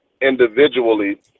individually